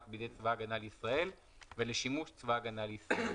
בידי צבא הגנה לישראל ולשימוש צבא הגנה לישראל.